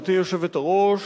גברתי היושבת-ראש,